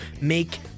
make